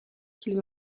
qu’ils